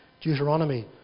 Deuteronomy